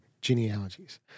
genealogies